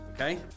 Okay